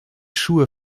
schuhe